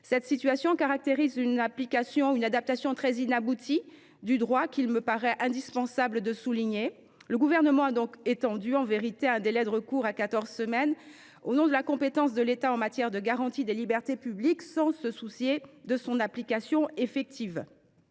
Cette situation caractérise une adaptation très inaboutie du droit, qu’il me paraît indispensable de souligner. En vérité, le Gouvernement a étendu le délai de recours à quatorze semaines au nom de la compétence de l’État en matière de garantie des libertés publiques, sans se soucier de son application effective,